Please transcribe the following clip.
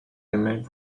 remained